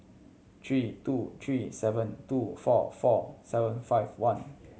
three two three seven two four four seven five one